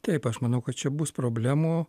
taip aš manau kad čia bus problemų